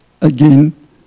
again